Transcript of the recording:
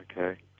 okay